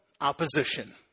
opposition